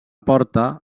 porta